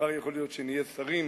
מחר יכול להיות שנהיה שרים,